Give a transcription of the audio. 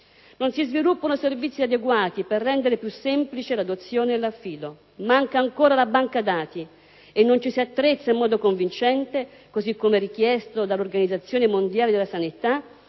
Non si sviluppano servizi adeguati per rendere più semplice l'adozione e l'affido; manca ancora la banca dati. E non ci si attrezza in modo convincente, così come richiesto dall'Organizzazione mondiale della sanità